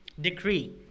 Decree